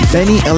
Benny